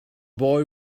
boy